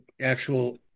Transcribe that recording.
actual